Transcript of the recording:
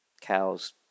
Cows